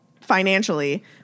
financially